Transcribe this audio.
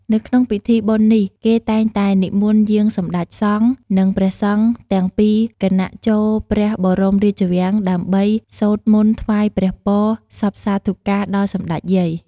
នៅក្នុងពិធីបុណ្យនេះគេតែងតែនិមន្តយាងសម្តេចសង្ឃ និងព្រះសង្ឃទាំងពីរគណៈចូលព្រះបរមរាជវាំងដើម្បីសូត្រមន្តថ្វាយព្រះពរសព្វសាធុការដល់សម្តេចយាយ។